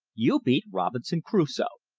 you beat robinson crusoe!